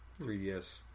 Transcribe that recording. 3DS